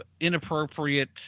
inappropriate